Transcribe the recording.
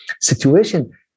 situation